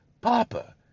Papa